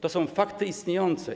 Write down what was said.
To są fakty istniejące.